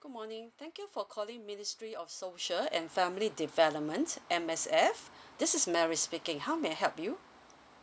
good morning thank you for calling ministry of social and family development M_S_F this is mary speaking how may I help you